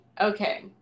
okay